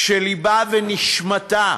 כשלבה ונשמתה,